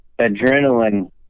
adrenaline